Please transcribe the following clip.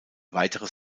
weiteres